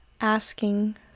asking